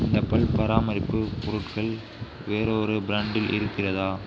இந்த பல் பராமரிப்பு பொருட்கள் வேறொரு பிராண்டில் இருக்கிறதா